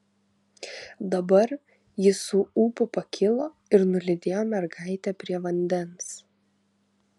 dabar jis su ūpu pakilo ir nulydėjo mergaitę prie vandens